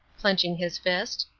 clenching his fist,